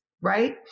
Right